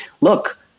Look